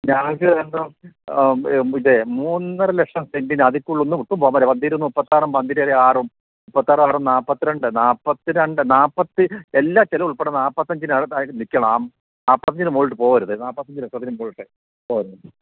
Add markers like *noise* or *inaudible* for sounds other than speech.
ഞങ്ങള്ക്ക് എന്താ ഇതേ മൂന്നര ലക്ഷം സെന്റിന് അതില്ക്കൂടുതലൊന്നും ഒട്ടും പോവാൻ പറ്റത്തില്ല പന്തീരു മൂന്നു മുപ്പത്താറും *unintelligible* മുപ്പത്താറു ആറും നാല്പത്തിരണ്ട് നാല്പത്തിരണ്ട് എല്ലാ ചെലവും ഉൾപ്പെടെ നാല്പത്തിയഞ്ചില് നില്ക്കണം നാല്പത്തി അഞ്ച് ലക്ഷത്തിനു മുകളിലോട്ടേ